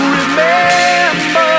remember